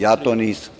Ja to nisam.